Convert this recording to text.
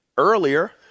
Earlier